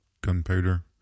gunpowder